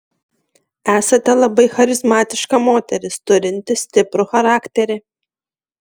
esate labai charizmatiška moteris turinti stiprų charakterį